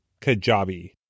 Kajabi